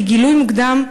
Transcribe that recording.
כי גילוי מוקדם,